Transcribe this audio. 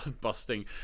busting